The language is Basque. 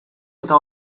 eta